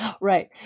Right